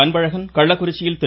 அன்பழகன் கள்ளக்குறிச்சியில் திரு